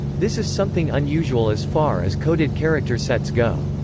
this is something unusual as far as coded character sets go.